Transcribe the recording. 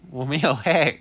我没有 hack